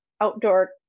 outdoor